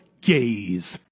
gaze